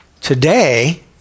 Today